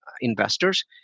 investors